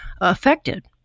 affected